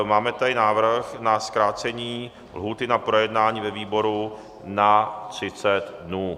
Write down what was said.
Máme tady návrh na zkrácení lhůty na projednání ve výboru na 30 dnů.